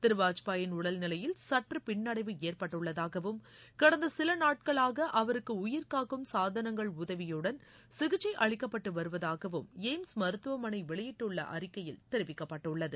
திரு வாஜ்பாயின் உடல் நிலையில் சற்று பின்னடைவு ஏற்பட்டுள்ளதாகவும் கடந்த சில நாட்களாக அவருக்கு உயிர் காக்கும் சாதனங்கள் உதவியுடன் சிகச்சை அளிக்கப்பட்டு வருவதாகவும் எய்ம்ஸ் மருத்துவமனை வெளியிட்டுள்ள அறிக்கையில் தெரிவிக்கப்பட்டுள்ளது